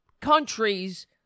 countries